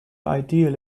ideal